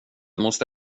måste